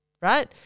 right